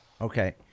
okay